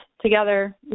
together